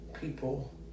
people